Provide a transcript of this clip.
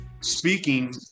speaking